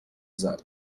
залі